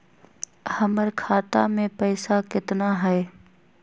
हमर खाता मे पैसा केतना है?